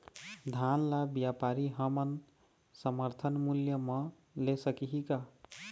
धान ला व्यापारी हमन समर्थन मूल्य म ले सकही का?